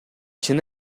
чын